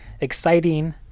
exciting